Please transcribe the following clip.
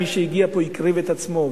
מי שהגיע לפה הקריב את עצמו,